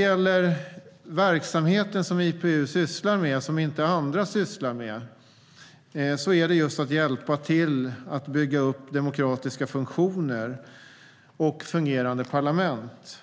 Den verksamhet som IPU sysslar med, som inte andra sysslar med, handlar om att hjälpa till att bygga upp demokratiska funktioner och fungerande parlament.